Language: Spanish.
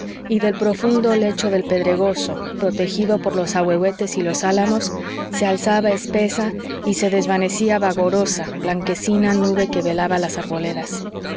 y del profundo lecho del pedregoso protegido por los ahuehuetes y los álamos se alzaba espesa y se desvanecía vagarosa blanquecina nube que velaba las arboledas